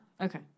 Okay